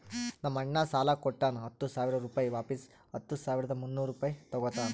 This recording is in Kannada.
ನಮ್ ಅಣ್ಣಾ ಸಾಲಾ ಕೊಟ್ಟಾನ ಹತ್ತ ಸಾವಿರ ರುಪಾಯಿ ವಾಪಿಸ್ ಹತ್ತ ಸಾವಿರದ ಮುನ್ನೂರ್ ರುಪಾಯಿ ತಗೋತ್ತಾನ್